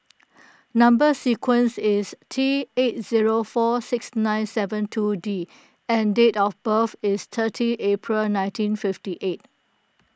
Number Sequence is T eight zero four six nine seven two D and date of birth is thirty April nineteen fifty eight